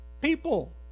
People